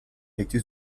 cactus